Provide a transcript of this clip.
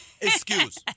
Excuse